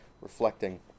reflecting